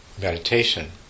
meditation